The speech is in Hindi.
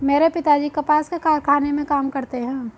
मेरे पिताजी कपास के कारखाने में काम करते हैं